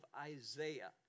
Isaiah